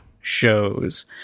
shows